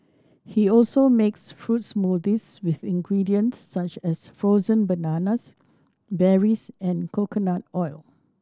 he also makes fruit smoothies with ingredients such as frozen bananas berries and coconut oil